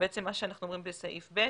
בעצם בסעיף (ב)